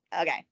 okay